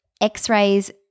x-rays